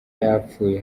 yapfuye